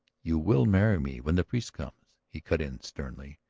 you will marry me when the priest comes, he cut in sternly.